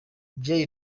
jay